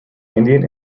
indian